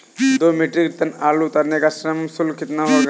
दो metric ton आलू उतारने का श्रम शुल्क कितना होगा?